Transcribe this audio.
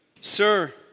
sir